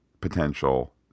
potential